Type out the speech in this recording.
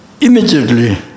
immediately